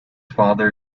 father